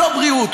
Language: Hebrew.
לא בריאות,